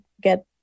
get